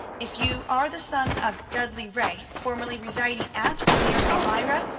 if you are the son of dudley ray, formerly residing at or near elmira,